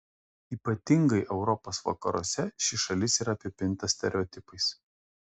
ypatingai europos vakaruose ši šalis yra apipinta stereotipais